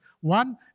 one